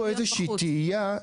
אבל את מעלה פה איזושהי תהייה,